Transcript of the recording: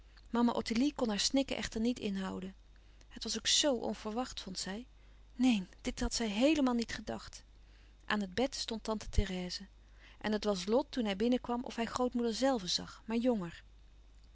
mama ottilie kon haar snikken echter niet inhouden het was ook zoo onverwacht vond zij neen dàt had zij heelemaal niet gedacht aan het bed stond tante therèse en het was lot toen hij binnenkwam of hij grootmoeder zelve zag maar jonger